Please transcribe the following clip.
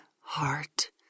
heart